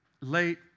late